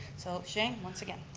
so shane once again.